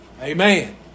Amen